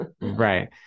Right